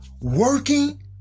working